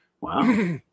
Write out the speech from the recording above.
Wow